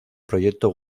proyecto